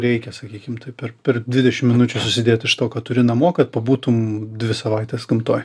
reikia sakykim taip per per dvidešim minučių susidėt iš to ką turi namo kad pabūtum dvi savaites gamtoj